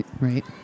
right